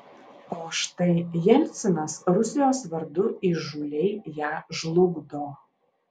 o štai jelcinas rusijos vardu įžūliai ją žlugdo